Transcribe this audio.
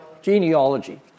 Genealogy